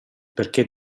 perché